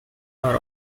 are